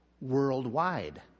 worldwide